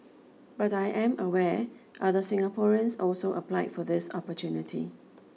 but I am aware other Singaporeans also applied for this opportunity